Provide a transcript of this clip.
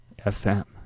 FM